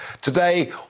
today